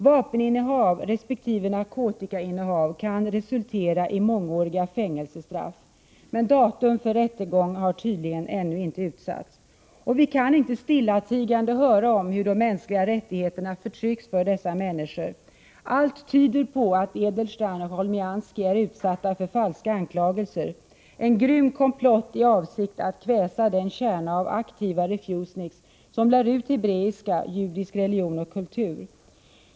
Vapeninnehav resp. narkotikainnehav kan resultera i mångåriga fängelsestraff, men datum för rättegång har tydligen ännu inte utsatts. Vi kan inte stillatigande höra talas om hur de mänskliga rättigheterna förtrycks för dessa människor. Allt tyder på att Edelstein och Cholmianskij är utsatta för falska anklagelser, en grym komplott i avsikt att kväsa den kärna av aktiva refusniks som lär ut hebreiska, judisk religion och kultur.